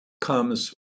comes